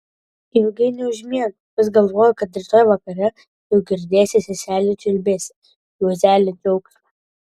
ilgai neužmiegu vis galvoju kad rytoj vakare jau girdėsiu seselių čiulbesį juozelio džiaugsmą